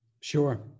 Sure